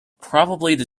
probably